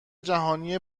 جهانی